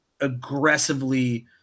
aggressively